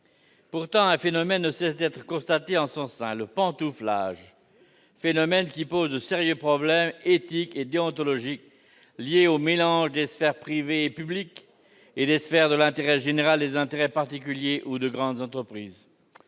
Pourtant, un phénomène ne cesse d'être constaté en son sein : le « pantouflage » pose de sérieux problèmes éthiques et déontologiques liés au mélange des sphères privées et publiques, et des sphères de l'intérêt général et des intérêts particuliers ou de grandes entreprises.